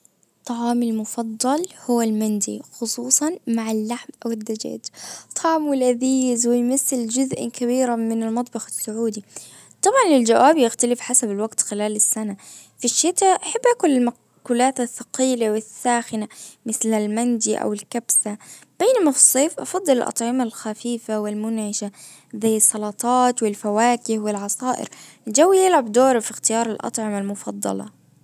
طعامي المفضل هو المندي خصوصا مع اللحم أوالدجاج. طعمه لذيذ ويمثل جزء كبيرا من المطبخ السعودي. طبعا الجواب يختلف حسب الوقت خلال السنة. في الشتا احب اكل المأكولات الثقيلة والساخنة مثل المندي او الكبسة. بينما في الصيف افضل الاطعمة الخفيفة والمنعشه زي السلطات والفواكه والعصائر. الجو يلعب دوره في اختيار الاطعمة المفضلة.